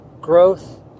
growth